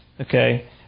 okay